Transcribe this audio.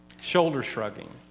shoulder-shrugging